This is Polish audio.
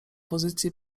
pozycji